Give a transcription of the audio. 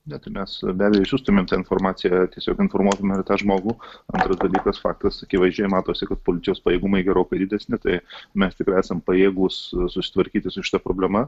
ne tai mes be abejo išsiųstume tą informaciją tiesiog informuotume tą žmogų antras dalykas faktas akivaizdžiai matosi kad policijos pajėgumai gerokai didesni tai mes tikrai esam pajėgūs susitvarkyti su šita problema